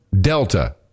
Delta